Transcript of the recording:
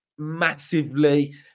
massively